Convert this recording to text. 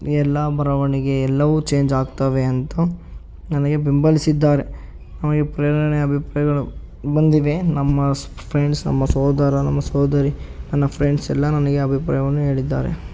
ಎಲ್ಲಾ ಬರವಣಿಗೆ ಎಲ್ಲವೂ ಚೇಂಜ್ ಆಗ್ತವೆ ಅಂತ ನನಗೆ ಬೆಂಬಲಿಸಿದ್ದಾರೆ ನಮಗೆ ಪ್ರೇರಣೆ ಅಭಿಪ್ರಾಯಗಳು ಬಂದಿವೆ ನಮ್ಮ ಫ್ರೆಂಡ್ಸ್ ನಮ್ಮ ಸೋದರ ನಮ್ಮ ಸೋದರಿ ನನ್ನ ಫ್ರೆಂಡ್ಸ್ ಎಲ್ಲ ನನಗೆ ಅಭಿಪ್ರಾಯವನ್ನು ಹೇಳಿದ್ದಾರೆ